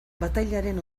batailaren